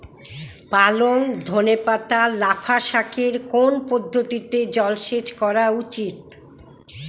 পালং ধনে পাতা লাফা শাকে কোন পদ্ধতিতে জল সেচ করা উচিৎ?